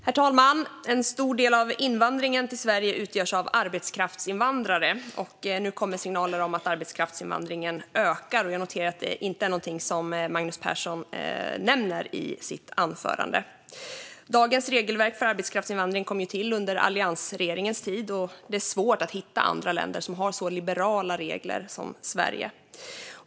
Herr talman! En stor del av invandringen till Sverige utgörs av arbetskraftsinvandrare. Nu kommer signaler om att arbetskraftsinvandringen ökar, och jag noterar att det inte är någonting som Magnus Persson nämner i sitt anförande. Dagens regelverk för arbetskraftsinvandring kom ju till under alliansregeringens tid, och det är svårt att hitta andra länder som har så liberala regler som Sverige.